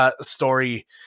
story